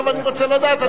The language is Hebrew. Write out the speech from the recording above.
עכשיו אני רוצה לדעת,